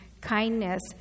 kindness